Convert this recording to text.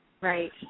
Right